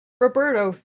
Roberto